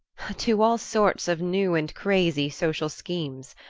to all sorts of new and crazy social schemes.